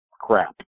crap